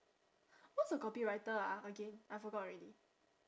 what's a copywriter ah again I forgot already